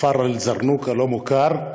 בכפר אל-זרנוג, הלא-מוכר,